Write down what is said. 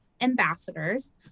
ambassadors